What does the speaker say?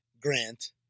Grant